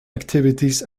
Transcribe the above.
activities